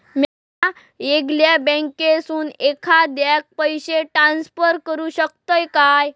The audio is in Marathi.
म्या येगल्या बँकेसून एखाद्याक पयशे ट्रान्सफर करू शकतय काय?